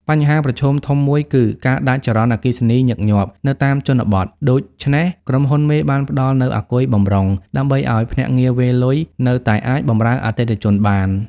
បញ្ហាប្រឈមធំមួយគឺ "ការដាច់ចរន្តអគ្គិសនីញឹកញាប់" នៅតាមជនបទ ដូច្នេះក្រុមហ៊ុនមេបានផ្ដល់នូវ "អាគុយបម្រុង" ដើម្បីឱ្យភ្នាក់ងារវេរលុយនៅតែអាចបម្រើអតិថិជនបាន។